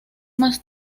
más